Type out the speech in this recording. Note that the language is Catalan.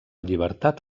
llibertat